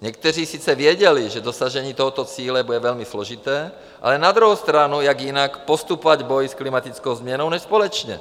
Někteří sice věděli, že dosažení tohoto cíle bude velmi složité, ale na druhou stranu jak jinak postupovat v boji s klimatickou změnou než společně?